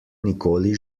nikoli